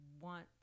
want